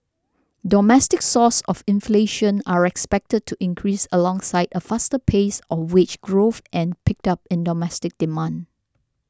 domestic sources of inflation are expected to increase alongside a faster pace of wage growth and picked up in domestic demand